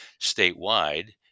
statewide